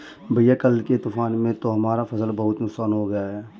भैया कल के तूफान में तो हमारा फसल का बहुत नुकसान हो गया